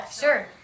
Sure